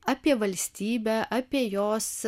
apie valstybę apie jos